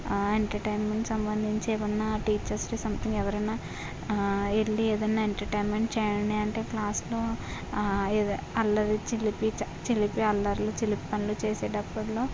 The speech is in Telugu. ఎంటర్టైన్మెంట్కి సంబంధించి ఏమన్న టీచర్స్కి సమ్తింగ్ ఎవరన్న వెళ్ళి ఏదైన ఎంటర్టైన్మెంట్ చేయండి అంటే క్లాస్లో ఏదో అల్లరి చిలిపి చిలిపి అల్లర్లు చిలిపి పనులు చేసేటప్పటిలో